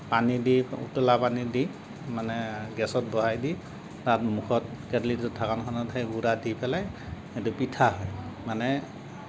পানী দি উতলা পানী দি মানে গেছত বহাই দি তাত মুখত কেচলিটোৰ ঢাকনখনত সেই গুড়া দি পেলাই সেইটো পিঠা হয় মানে